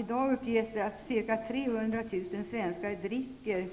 I dag uppges ca 300 000 svenskar dricka